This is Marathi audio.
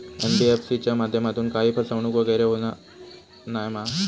एन.बी.एफ.सी च्या माध्यमातून काही फसवणूक वगैरे होना नाय मा?